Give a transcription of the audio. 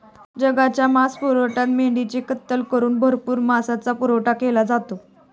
जगाच्या मांसपुरवठ्यात मेंढ्यांची कत्तल करून भरपूर मांसाचा पुरवठा केला जातो